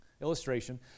Illustration